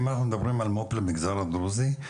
אם אנחנו מדברים למגזר הדרוזי,